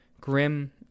Grim